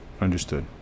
Understood